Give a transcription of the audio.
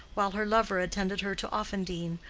while her lover attended her to offendene,